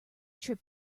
trip